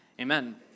amen